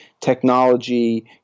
technology